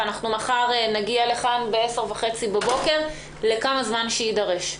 ומחר נגיע לכאן ב-10:30 בבוקר לכמה זמן שיידרש.